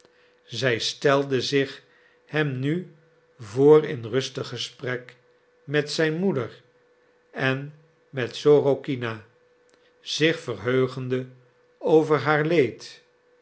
zij stelde zich hem nu voor in rustig gesprek met zijn moeder en met sorokina zich verheugende over haar leed